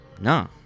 No